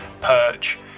Perch